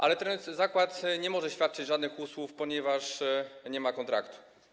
Ale ten zakład nie może świadczyć żadnych usług, ponieważ nie ma kontraktu.